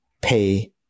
pay